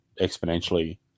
exponentially